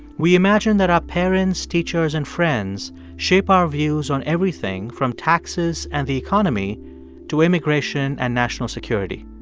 we imagine that our parents, teachers and friends shape our views on everything, from taxes and the economy to immigration and national security